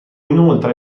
inoltre